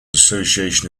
association